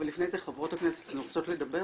אבל לפני זה חברות הכנסת רוצות לדבר?